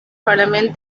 parliament